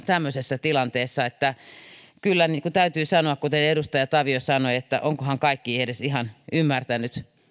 tämmöisessä tilanteessa kyllä täytyy sanoa kuten edustaja tavio sanoi että ovatkohan kaikki edes ihan ymmärtäneet